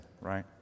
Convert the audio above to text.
right